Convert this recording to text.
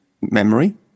memory